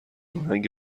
آهنگ